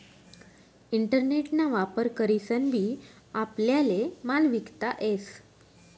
internet ना वापर करीसन बी आपल्याले माल विकता येस